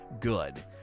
good